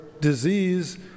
disease